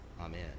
Amen